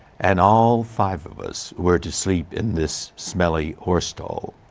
and all five of us were to sleep in this smelly horse stall.